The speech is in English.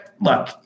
look